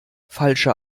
falsche